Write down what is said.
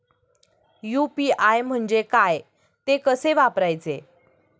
UPI म्हणजे काय, ते कसे वापरायचे?